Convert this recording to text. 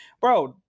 bro